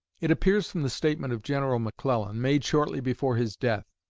it appears from the statement of general mcclellan, made shortly before his death,